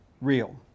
real